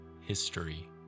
History